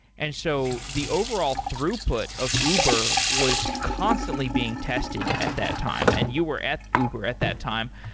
and so the overall throughput of uber was constantly being tested at that time, and you were at uber at that time.